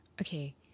Okay